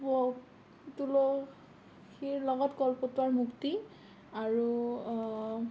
তুলসীৰ লগত কলপটুৱাৰ মুক্তি আৰু অঁ